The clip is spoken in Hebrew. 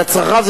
אלא צרכיו,